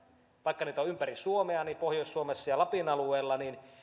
vaikka niitä on ympäri suomea ennen muuta pohjois suomessa ja lapin alueella niin